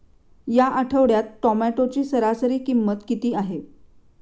या आठवड्यात टोमॅटोची सरासरी किंमत किती आहे?